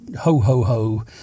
ho-ho-ho